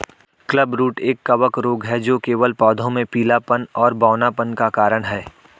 clubroot एक कवक रोग है जो केवल पौधों में पीलापन और बौनापन का कारण है